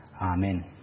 Amen